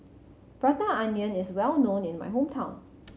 Prata Onion is well known in my hometown